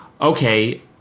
okay